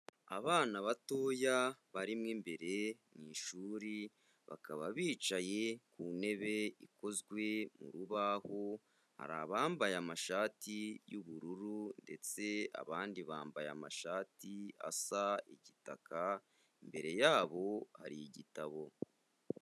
Abana batoya bari mu imbere mu ishuri, bakaba bicaye ku ntebe ikozwe mu rubahu, hari abambaye amashati y'ubururu ndetse abandi bambaye amashati asa igitaka, imbere yabo hari igitabo.